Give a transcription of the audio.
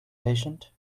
patient